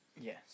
Yes